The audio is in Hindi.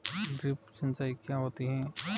ड्रिप सिंचाई क्या होती हैं?